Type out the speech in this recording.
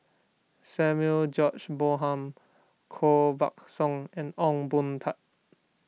Samuel George Bonham Koh Buck Song and Ong Boon Tat